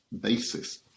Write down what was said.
basis